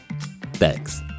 thanks